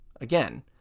Again